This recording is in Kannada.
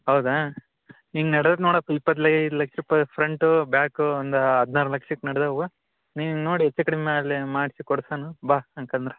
ಹೌದಾ ಹಿಂಗ ನಡ್ದಿದೆ ನೋಡು ಇಪ್ಪತೈದು ಲಕ್ಷ ರೂಪಾಯಿ ಫ್ರೆಂಟೂ ಬ್ಯಾಕೂ ಒಂದು ಹದಿನಾರು ಲಕ್ಷಕ್ಕೆ ನಡ್ದಾವ ನೀವು ನೋಡಿ ಹೆಚ್ಚು ಕಡಿಮೆ ಅಲ್ಲೇ ಮಾಡಿಸಿ ಕೊಡ್ಸೋಣ ಬಾ ಅಂತ ಅಂದ್ರೆ